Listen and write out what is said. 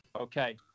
Okay